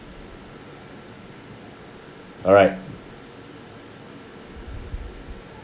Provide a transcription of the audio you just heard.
alright